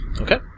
Okay